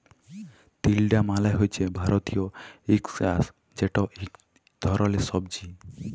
তিলডা মালে হছে ভারতীয় ইস্কয়াশ যেট ইক ধরলের সবজি